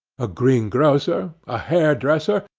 a greengrocer, a hairdresser,